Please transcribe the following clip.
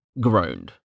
groaned